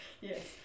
Yes